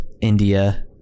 india